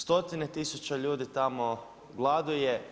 Stotine tisuća ljudi tamo gladuje.